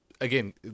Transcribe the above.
Again